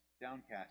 downcast